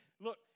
Look